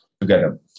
together